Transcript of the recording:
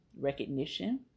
recognition